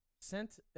sent